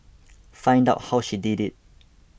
find out how she did it